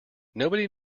nobody